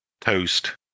toast